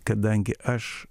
kadangi aš